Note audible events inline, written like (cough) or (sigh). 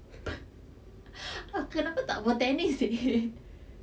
(laughs) kenapa tak botanist seh